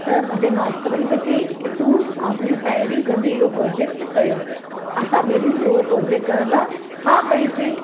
त मुहिंजे मास्टर मूंखे चईं की तूं ऐं तुंहिंजी साहेड़ी गॾु इहो प्रोजेक्ट कयो असां ॿिन्हीनि उहो प्रोजेक्ट करण लाइ हा कईसीं